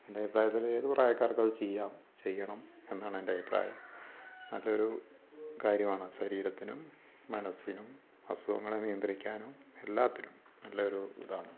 എൻ്റെ അഭിപ്രായത്തിൽ ഏതു പ്രായക്കാർക്കും അത് ചെയ്യാം ചെയ്യണം എന്നാണ് എൻ്റെ അഭിപ്രായം നല്ലൊരു കാര്യമാണ് ശരീരത്തിനും മനസ്സിനും അസുഖങ്ങളെ നിയന്ത്രിക്കാനും എല്ലാറ്റിനും നല്ലൊരു ഇതാണ്